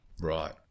Right